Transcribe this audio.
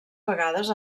vegades